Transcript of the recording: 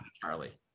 Charlie